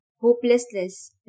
Hopelessness